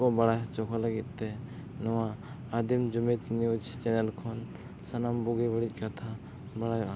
ᱠᱚ ᱵᱟᱲᱟᱭ ᱦᱚᱪᱚ ᱠᱚ ᱞᱟᱹᱜᱤᱫᱛᱮ ᱱᱚᱣᱟ ᱟᱫᱤᱢ ᱡᱩᱢᱤᱫ ᱱᱤᱭᱩᱡᱽ ᱪᱮᱱᱮᱞ ᱠᱷᱚᱱ ᱥᱟᱱᱟᱢ ᱵᱩᱜᱤᱼᱵᱟᱹᱲᱤᱡ ᱠᱟᱛᱷᱟ ᱵᱟᱲᱟᱭᱚᱜᱼᱟ